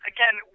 Again